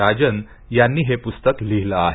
राजन यांनी हे पुस्तक लिहिले आहे